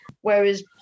Whereas